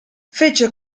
fece